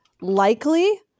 likely